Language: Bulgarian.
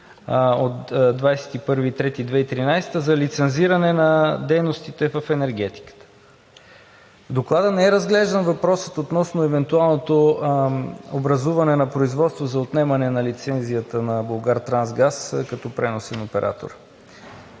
от 21 март 2013 г. за лицензиране на дейностите в енергетиката. В доклада не е разглеждан въпросът относно евентуалното образуване на производство за отнемане на лицензията на „Булгартрансгаз“ като преносен оператор.